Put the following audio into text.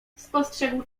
spostrzegł